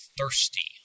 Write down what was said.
thirsty